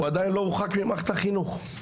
הוא עדיין לא הורחק ממערכת החינוך.